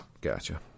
Gotcha